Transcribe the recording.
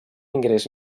ingrés